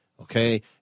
okay